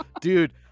dude